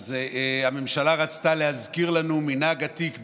הממשלה רצתה להזכיר לנו מנהג עתיק בפורים,